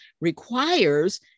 requires